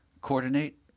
coordinate